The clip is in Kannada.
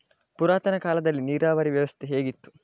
ಪುರಾತನ ಕಾಲದಲ್ಲಿ ನೀರಾವರಿ ವ್ಯವಸ್ಥೆ ಹೇಗಿತ್ತು?